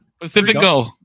Pacifico